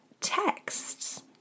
texts